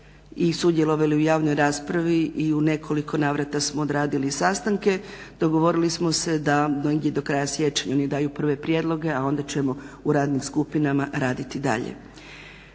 i sudjelovale u javnoj raspravi i u nekoliko navrata smo odradili sastanke, dogovorili smo se da negdje do kraja siječnja oni daju prve prijedloge, a onda ćemo u radnim skupinama raditi dalje.